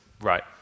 right